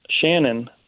Shannon